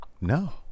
No